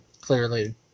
clearly